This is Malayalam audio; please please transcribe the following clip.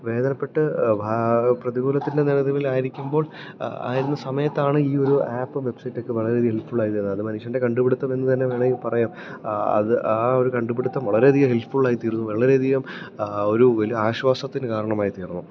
വേദനപ്പെട്ട് പ്രതികൂലത്തിൻ്റെ നിഴലിലായിരിക്കുമ്പോൾ ആയിരുന്ന സമയത്താണ് ഈ ഒരു ആപ്പ് വെബ്സൈറ്റാക്കെ വളരെ അധികം ഹെൽപ്ഫുള്ളായിരുന്നത് അത് മനുഷ്യൻ്റെ കണ്ടുപിടുത്തം എന്നു തന്നെ വേണമെങ്കില് പറയാം അത് ആ ഒരു കണ്ടുപിടുത്തം വളരെയധികം ഹെൽപ്ഫുള്ളായിത്തീർന്നു വളരെയധികം ഒരു വെൽ ആശ്വാസത്തിന് കാരണമായിത്തീർന്നു